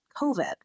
COVID